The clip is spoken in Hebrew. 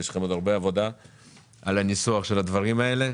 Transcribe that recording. יש לכם עוד הרבה עבודה על הניסוח של הדברים האלה.